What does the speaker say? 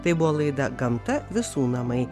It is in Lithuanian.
tai buvo laida gamta visų namai